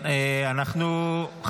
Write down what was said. מי ייצגה את הרשות?